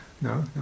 no